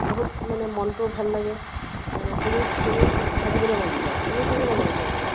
বহুত মানে মনটো ভাল লাগে আৰু শুনি শুনি থাকিবলৈ মন যায় শুনি থাকিবলৈ মন যায় মানে